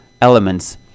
elements